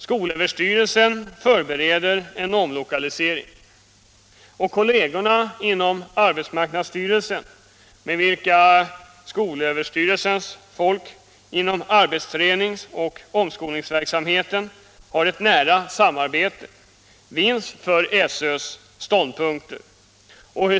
SÖ förbereder en omlokalisering, och kollegerna inom AMS, med vilka SÖ-folket inom arbetstränings och omskolningsverksamheten har ett nära samarbete, vinns för SÖ:s ståndpunkter.